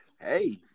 hey